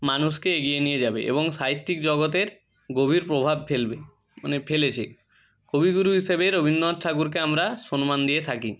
মানুষকে এগিয়ে নিয়ে যাবে এবং সাহিত্যিক জগতের গভীর প্রভাব ফেলবে মানে ফেলেছে কবিগুরু হিসেবে রবীন্দ্রনাথ ঠাকুরকে আমরা সম্মান দিয়ে থাকি